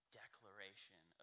declaration